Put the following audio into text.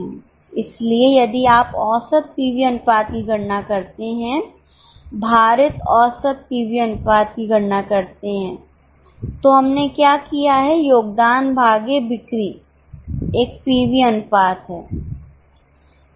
इसलिए यदि आप औसत पीवी अनुपात की गणना करते हैं भारित औसत पीवी अनुपात की गणना करते हैं तो हमने क्या किया है योगदान भागे बिक्री एक पीवी अनुपात है